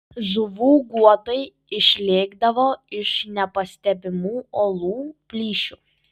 žuvų guotai išlėkdavo iš nepastebimų uolų plyšių